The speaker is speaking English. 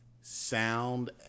sound